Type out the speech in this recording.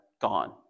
gone